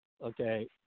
okay